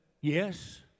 yes